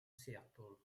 seattle